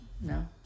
No